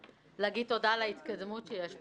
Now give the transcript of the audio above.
להגיד תודה על ההתקדמות שיש בתחום.